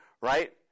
Right